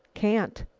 can't.